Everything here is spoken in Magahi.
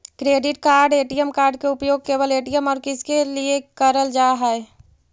क्रेडिट कार्ड ए.टी.एम कार्ड के उपयोग केवल ए.टी.एम और किसके के लिए करल जा है?